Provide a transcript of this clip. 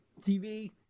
TV